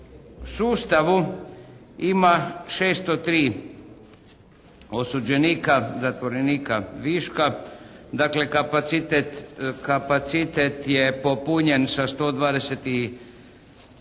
U sustavu ima 603 osuđenika, zatvorenika viška. Dakle kapacitet je popunjen sa 127%